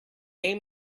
aim